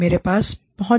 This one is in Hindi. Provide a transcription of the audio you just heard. मेरे पास पहुंच है